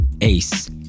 Ace